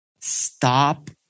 Stop